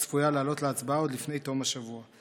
והיא צפויה לעלות להצבעה עוד לפני תום השבוע.